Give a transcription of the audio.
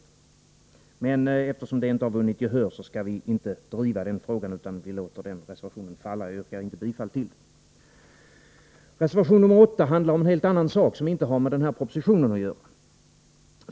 Men eftersom det inte har vunnit gehör skall vi inte driva den frågan, utan vi låter den reservationen falla. Jag yrkar inte bifall till den. Reservation nr 8 handlar om en helt annan sak, som inte har med den här propositionen att göra.